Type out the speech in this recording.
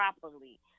properly